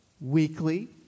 weekly